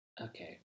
Okay